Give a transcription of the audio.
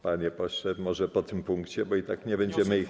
Panie pośle, może po tym punkcie, bo i tak nie będziemy ich teraz.